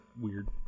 weird